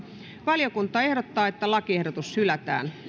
valiokunta ehdottaa että lakiehdotus hylätään